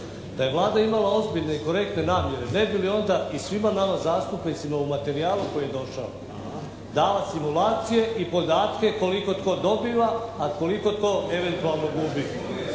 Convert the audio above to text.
Da je Vlada imala ozbiljne i korektne namjere ne bi li onda i svima nama zastupnicima u materijalu koji je došao dala stimulacije i podatke koliko tko dobiva a koliko tko eventualno gubi?